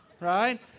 right